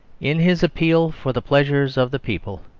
in his appeal for the pleasures of the people,